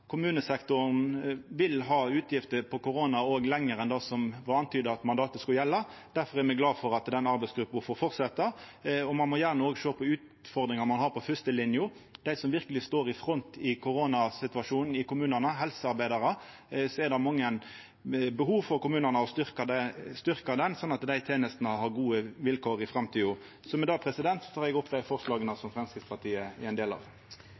Kommunesektoren vil ha utgifter til korona lenger enn det det var antyda at mandatet skulle gjelda for. Difor er me glade for at denne arbeidsgruppa får fortsetja, og ein må gjerne òg sjå på utfordringar ein har i førstelinja, dei som verkeleg står i front i koronasituasjonen i kommunane: helsearbeidarar. Det er mange behov ute i kommunane for å styrkja ho, slik at dei tenestene har gode vilkår i framtida. Med det tek eg opp dei forslaga som Framstegspartiet står åleine om, og dei me er ein del av.